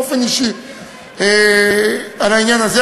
באופן אישי על העניין הזה.